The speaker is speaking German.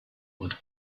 und